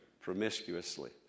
promiscuously